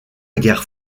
guerre